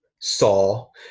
Saul